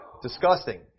disgusting